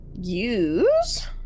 use